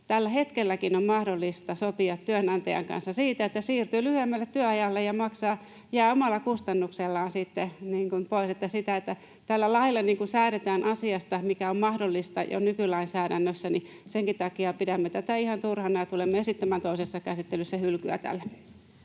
Tällä hetkelläkin on mahdollista sopia työnantajan kanssa siitä, että siirtyy lyhyemmälle työajalle ja maksaa, jää omalla kustannuksellaan sitten pois. Senkin takia, että tällä lailla säädetään asiasta, mikä on mahdollista jo nykylainsäädännössä, pidämme tätä ihan turhana ja tulemme esittämään toisessa käsittelyssä hylkyä tälle.